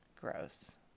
gross